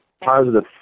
positive